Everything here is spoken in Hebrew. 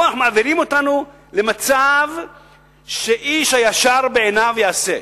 פה מעבירים אותנו למצב שאיש הישר בעיניו יעשה.